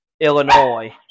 Illinois